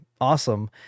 awesome